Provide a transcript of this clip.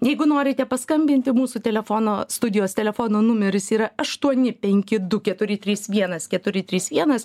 jeigu norite paskambinti mūsų telefono studijos telefono numeris yra aštuoni penki du keturi trys vienas keturi trys vienas